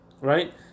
right